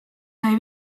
sai